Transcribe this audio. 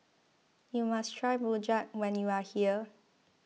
you must try Rojak when you are here